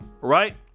right